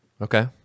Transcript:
Okay